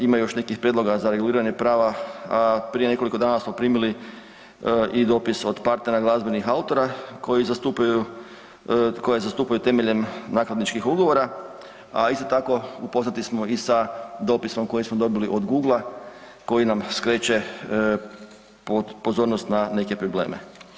Ima još nekih prijedloga za reguliranje prava, prije nekoliko dana smo primili i dopis od partnera glazbenih autora koji zastupaju, koje zastupaju temeljem nakladničkih ugovora, a isto tako upoznati smo i sa dopisom koji smo dobili i od Google-a koji nam skreće pozornost na neke probleme.